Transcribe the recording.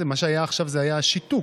אחרי שאני אקריא